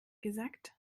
gesagt